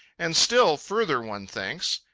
and still further one thinks.